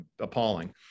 appalling